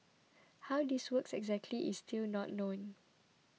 how this works exactly is still not known